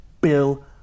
Bill